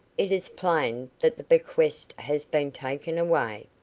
it is plain that the bequest has been taken away.